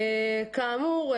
כאמור,